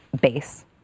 base